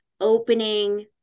opening